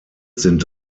sind